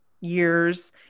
years